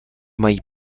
mají